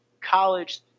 college